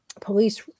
police